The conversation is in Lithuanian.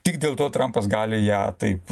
tik dėl to trampas gali ją taip